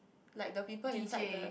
like the people inside the